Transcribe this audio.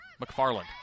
McFarland